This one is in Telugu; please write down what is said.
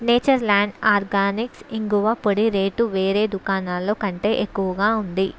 నేచర్ ల్యాండ్ ఆర్గానిక్స్ ఇంగువ పొడి రేటు వేరే దుకాణాల్లో కంటే ఎక్కువగా ఉంది